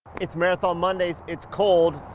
it's marathon mondays. it's cold.